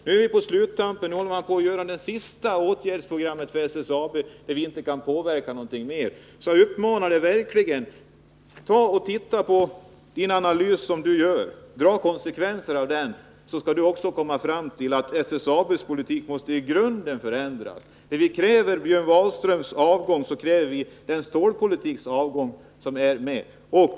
Nu, på sluttampen, håller man på med det sista åtgärdsprogrammet för SSAB, varefter vi inte kan påverka mera. Jag ber därför Sten-Ove Sundström att titta noga på analysen och dra konsekvenserna av den. Gör man det, kommer man fram till slutsatsen att SSAB:s politik måste i grunden förändras. När vi kräver Björn Wahlströms avgång kräver vi därmed ett slut på den stålpolitiken.